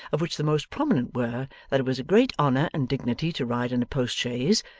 of which the most prominent were that it was a great honour and dignity to ride in a post-chaise,